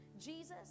Jesus